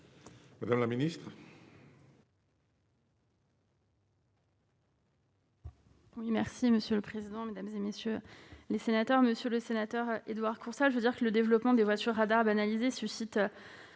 madame la ministre,